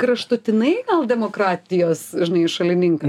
kraštutinai gal demokratijos žinai šalininkas